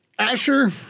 Asher